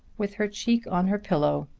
with her cheek on her pillow,